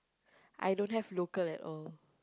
I don't have local at all